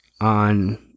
on